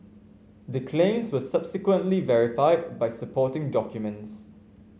the claims were subsequently verified by supporting documents